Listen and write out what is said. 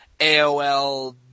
AOL